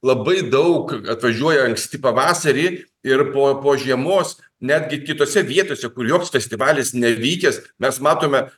labai daug atvažiuoja anksti pavasarį ir po po žiemos netgi kitose vietose kur joks festivalis nevykęs mes matome